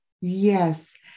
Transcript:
Yes